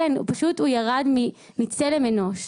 אין, פשוט הוא ירד מצלם אנוש.